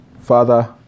father